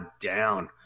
down